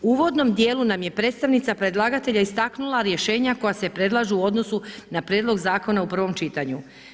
U uvodnom dijelu nam je predstavnica predlagatelja istaknula rješenja koja se predlažu u odnosu na Prijedlog Zakona u prvom čitanju.